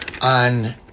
on